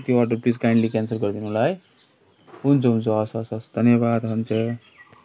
त्यो order please kindly cancel गरिदिनु होला है हुन्छ हुन्छ हवस हवस धन्यवाद हुन्छ